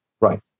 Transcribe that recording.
Right